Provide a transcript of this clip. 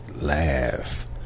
laugh